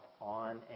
on